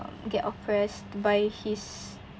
uh get oppressed by his